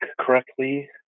correctly